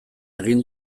egin